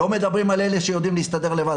לא מדברים על אלה שיודעים להסתדר לבד,